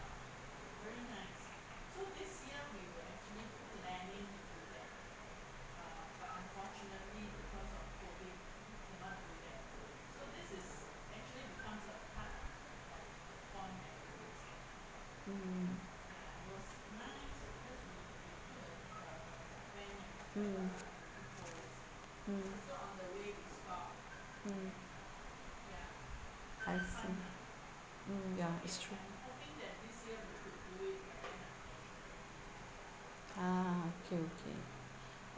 mm mm mm mm I see mm ya it's true ah okay okay